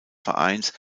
vereins